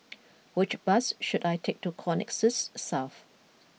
which bus should I take to Connexis South